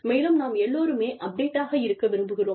மேலும் நாம் எல்லோருமே அப்டேட்டடாக இருக்க விரும்புகிறோம்